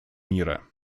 мира